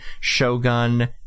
Shogun